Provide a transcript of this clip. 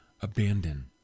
Abandon